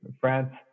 France